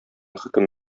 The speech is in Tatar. хөкем